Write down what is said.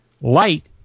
light